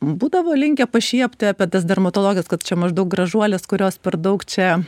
būdavo linkę pašiepti apie tas dermatologes kad čia maždaug gražuolės kurios per daug čia